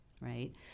right